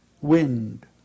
wind